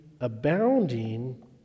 abounding